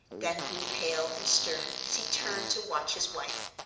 then grew pale and stern as he turned to watch his wife.